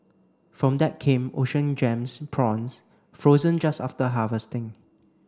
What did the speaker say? from that came Ocean Gems prawns frozen just after harvesting